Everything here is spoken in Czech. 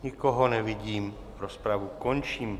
Nikoho nevidím, rozpravu končím.